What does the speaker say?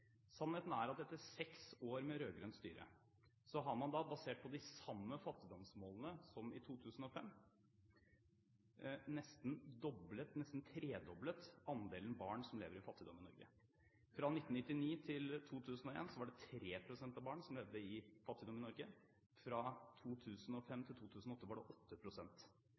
Sannheten er at etter seks år med rød-grønt styre har man, basert på de samme fattigdomsmålene som i 2005, nesten tredoblet andelen barn som lever i fattigdom i Norge. Fra 1999 til 2001 var det 3 pst. av barna som levde i fattigdom i Norge. Fra 2005 til 2008 var det